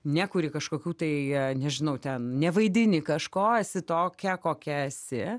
nekuri kažkokių tai nežinau ten nevaidini kažko esi tokia kokia esi